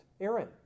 Aaron